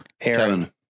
Aaron